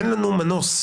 אין לנו מנוס,